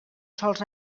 sols